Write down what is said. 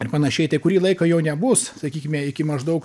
ir panašiai tai kurį laiką jo nebus sakykime iki maždaug